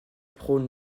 prône